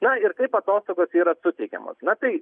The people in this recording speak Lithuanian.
na ir kaip atostogos yra suteikiamos na tai